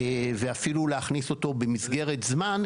ואפיל להכניס אותו במסגרת זמן,